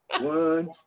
one